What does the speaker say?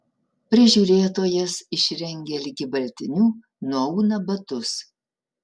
prižiūrėtojas išrengia ligi baltinių nuauna batus